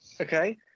Okay